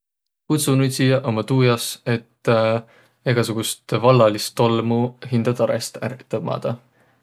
Pudsunudsijaq ummaq tuu jaos, et egäsugust vallalist tolmu hindä tarõst ärq tõmmadaq.